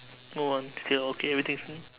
move on still okay everything's fine